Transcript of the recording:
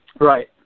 Right